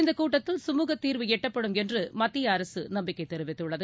இந்த கூட்டத்தில் சுமுக தீர்வு எட்டப்படும் என்று மத்திய அரசு நம்பிக்கை தெரிவித்துள்ளது